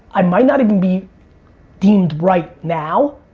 i might not even be deemed right now,